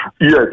Yes